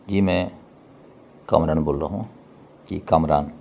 جی میں کامران بول رہا ہوں کے کامران